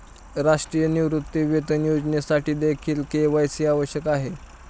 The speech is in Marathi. राष्ट्रीय निवृत्तीवेतन योजनेसाठीदेखील के.वाय.सी आवश्यक आहे